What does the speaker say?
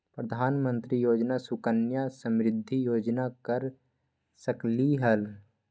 प्रधानमंत्री योजना सुकन्या समृद्धि योजना कर सकलीहल?